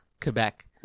Quebec